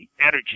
energy